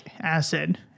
acid